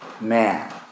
man